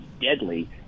deadly